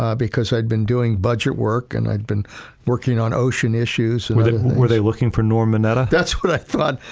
ah because i'd been doing budget work and i'd been working on ocean issues rosenberg and were they looking for norm mineta? that's what i thought.